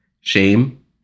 shame